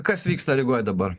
kas vyksta rygoj dabar